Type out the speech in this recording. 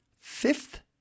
Fifth